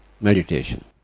meditation